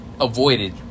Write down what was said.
avoided